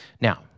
Now